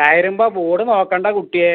കയറുമ്പോൾ ബോഡ് നോക്കണ്ടെ കുട്ട്യേ